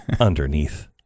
underneath